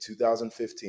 2015